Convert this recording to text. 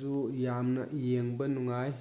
zoo ꯌꯥꯝꯅ ꯌꯦꯡꯕ ꯅꯨꯡꯉꯥꯏ